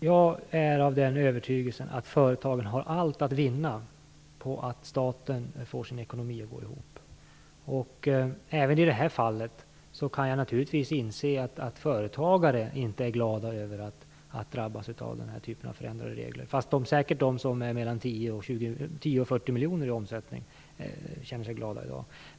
Herr talman! Jag är av den övertygelsen att företagen har allt att vinna på att staten får sin ekonomi att gå ihop. Även i det här fallet kan jag naturligtvis inse att företagare inte är glada över att drabbas av den här typen av förändrade regler, fast de som ligger mellan 10 och 40 miljoner i omsättning säkert känner sig glada i dag.